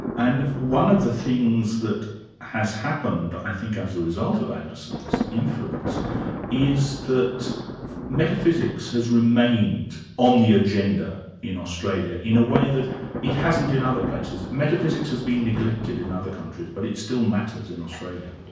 and one of the things that has happened i think as a result of anderson's influence is that metaphysics has remained on the agenda in australia, in a way that it hasn't in other places. metaphysics has been neglected in other countries but it still matters in australia.